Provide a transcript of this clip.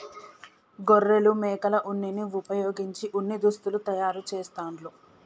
గొర్రెలు మేకల ఉన్నిని వుపయోగించి ఉన్ని దుస్తులు తయారు చేస్తాండ్లు